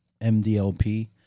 MDLP